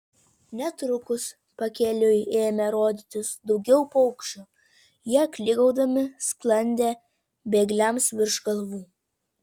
netrukus pakeliui ėmė rodytis daugiau paukščių jie klykaudami sklandė bėgliams virš galvų